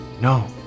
No